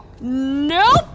Nope